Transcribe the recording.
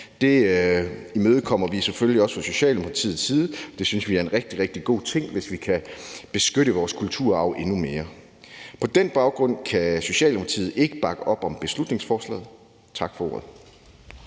Det imødekommer vi selvfølgelig også fra Socialdemokratiets side, og vi synes, det er en rigtig, rigtig god ting, hvis vi kan beskytte vores kulturarv endnu mere. På den baggrund kan Socialdemokratiet ikke bakke op om beslutningsforslaget. Tak for ordet.